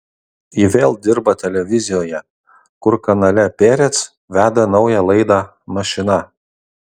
ji vėl dirba televizijoje kur kanale perec veda naują laidą mašina